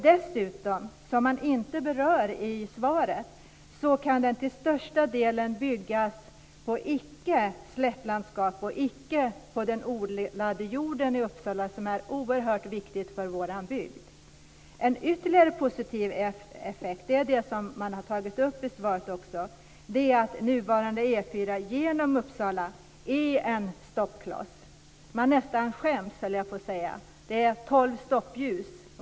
Dessutom, som man inte berör i svaret, kan den till största delen byggas på icke slättlandskap, på den icke odlade jorden i Uppsala som är oerhört viktig för vår bygd. Ytterligare en positiv effekt är den som man också har tagit upp i svaret. Nuvarande E 4 genom Uppsala är en stoppkloss. Man nästan skäms, höll jag på att säga. Det är tolv stoppljus.